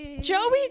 Joey